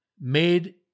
made